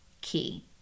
key